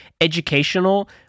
educational